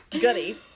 goody